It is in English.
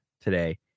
today